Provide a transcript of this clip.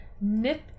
nip